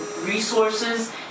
resources